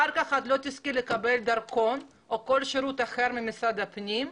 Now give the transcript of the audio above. אחר כך את לא תזכי לקבל דרכון או כל שירות אחר ממשרד הפנים,